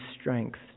strength